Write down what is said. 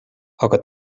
aga